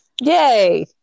yay